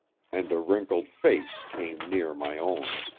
and a wrinkled face came near my own.